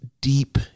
deep